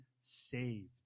saved